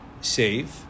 save